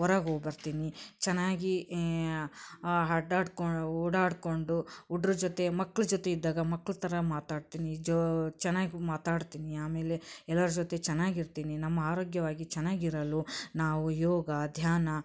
ಹೊರಗ್ ಹೋಗ್ಬರ್ತೀನಿ ಚೆನ್ನಾಗಿ ಅಡ್ಡಾಡ್ಕೊ ಓಡಾಡಿಕೊಂಡು ಹುಡ್ರು ಜೊತೆ ಮಕ್ಳ ಜೊತೆ ಇದ್ದಾಗ ಮಕ್ಕಳು ಥರ ಮಾತಾಡ್ತೀನಿ ಜೋ ಚೆನ್ನಾಗಿ ಮಾತಾಡ್ತೀನಿ ಆಮೇಲೆ ಎಲ್ಲರ ಜೊತೆ ಚೆನ್ನಾಗಿರ್ತೀನಿ ನಮ್ಮ ಆರೋಗ್ಯವಾಗಿ ಚೆನ್ನಾಗಿರಲು ನಾವು ಯೋಗ ಧ್ಯಾನ